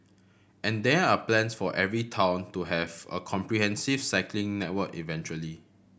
and there are plans for every town to have a comprehensive cycling network eventually